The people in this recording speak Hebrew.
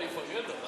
אני מפרגן לו.